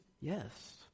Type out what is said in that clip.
Yes